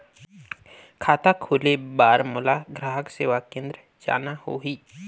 खाता खोले बार मोला ग्राहक सेवा केंद्र जाना होही?